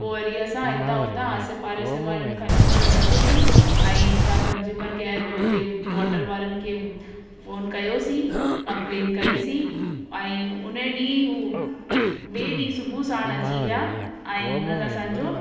पोइ वरी असां हितां हुता आसे पासे वारनि सां नंबर वरितोसीं ऐं हुतां कंज़्यूमर केयर में उते वॉटर वारनि खे फ़ोन कयोसीं कंप्लेन कईसीं ऐं हुन ॾींहुं हू ॿिएं ॾींहुं सुबुह साणि अची विया ऐं उन्हनि असांजो